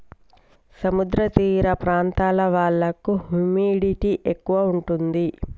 సముద్ర తీర ప్రాంతాల వాళ్లకు హ్యూమిడిటీ ఎక్కువ ఉంటది